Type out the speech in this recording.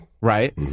Right